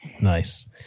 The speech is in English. Nice